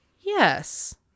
yes